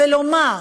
ולומר,